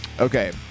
okay